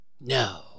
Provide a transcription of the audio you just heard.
No